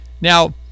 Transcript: Now